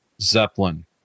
Zeppelin